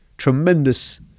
tremendous